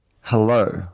Hello